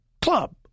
club